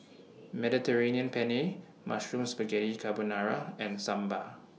Mediterranean Penne Mushroom Spaghetti Carbonara and Sambar